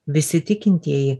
visi tikintieji